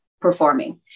performing